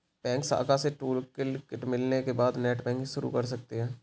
bank शाखा से toolkit मिलने के बाद नेटबैंकिंग शुरू कर सकते है